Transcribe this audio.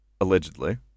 Allegedly